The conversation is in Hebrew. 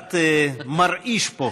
קצת מרעיש פה.